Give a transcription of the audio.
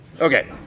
okay